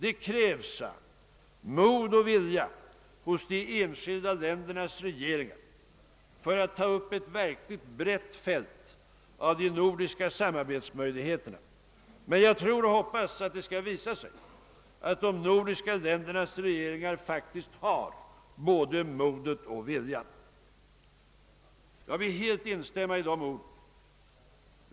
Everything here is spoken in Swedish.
»Det krävs», sade han, »mod och vilja hos de enskilda ländernas regeringar för att ta upp ett verkligt brett fält av de nordiska samarbetsmöjligheterna, men jag tror och hoppas att det skall visa sig att de nordiska länderna faktiskt har både modet och viljan.» Jag vill helt instämma i dessa ord.